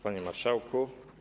Panie Marszałku!